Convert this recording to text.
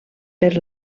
per